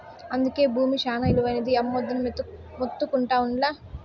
అందుకే బూమి శానా ఇలువైనది, అమ్మొద్దని మొత్తుకుంటా ఉండ్లా